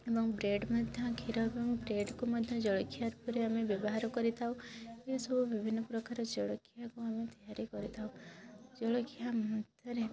ଏବଂ ବ୍ରେଡ଼୍ ମଧ୍ୟ କ୍ଷୀରକୁ ବ୍ରେଡ଼୍କୁ ମଧ୍ୟ ଜଳଖିଆ ରୂପରେ ଆମେ ବ୍ୟବହାର କରିଥାଉ ଏସବୁ ବିଭିନ୍ନ ପ୍ରକାର ଜଳଖିଆକୁ ଆମେ ତିଆରି କରିଥାଉ ଜଳଖିଆ ମତରେ